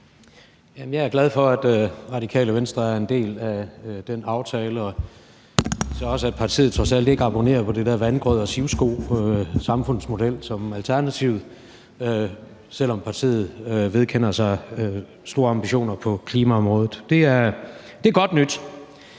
Jeg er glad for, at Radikale Venstre er en del af den aftale, og at partiet trods alt ikke abonnerer på den der vandgrøds- og sivskosamfundsmodel, som Alternativet gør, selv om partiet vedkender sig store ambitioner på klimaområdet. Det er godt nyt.